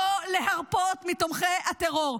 לא להרפות מתומכי הטרור.